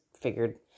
figured